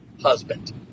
husband